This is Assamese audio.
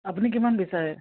আপুনি কিমান বিচাৰে